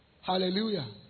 Hallelujah